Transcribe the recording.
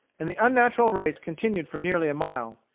and the unnatural race continued for nearly a mile.